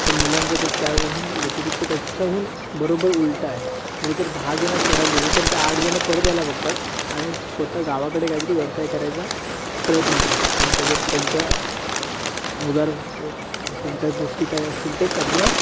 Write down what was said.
पण मुलांचं तर त्याहून व्यतिरिक्त त्याच्याहून बरोबर उलटं आहे मुलं जर दहाजण शहरात गेले तर ते आठजण परत यायला बघतात आणि स्वतः गावाकडे काहीतरी व्यवसाय करायचा प्रयत्न करतात आणि त्याच्यात त्यांचा उदार त्यांच्या गोष्टी काही असतील तर त्यातनं